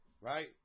Right